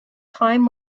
time